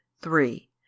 three